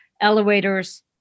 Elevators